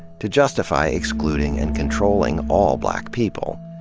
to justify excluding and controlling all black people.